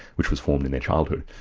which was formed in their childhood,